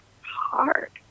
hard